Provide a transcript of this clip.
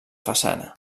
façana